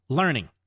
learning